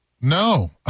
No